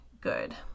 good